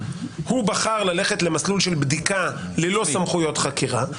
הוא בחר ללכת למסלול של בדיקה ללא סמכויות חקירה.